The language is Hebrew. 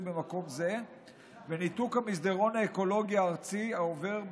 במקום זה וניתוק המסדרון האקולוגי הארצי העובר באזור,